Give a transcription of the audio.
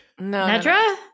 Nedra